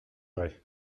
vrai